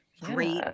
great